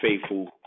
faithful